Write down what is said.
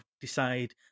decide